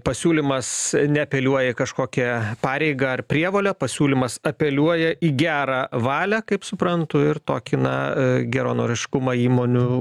pasiūlymas neapeliuoja į kažkokią pareigą ar prievolę pasiūlymas apeliuoja į gerą valią kaip suprantu ir tokį na geranoriškumą įmonių